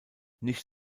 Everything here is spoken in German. nicht